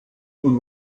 und